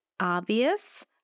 obvious